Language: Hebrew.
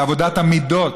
לעבודת המידות,